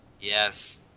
Yes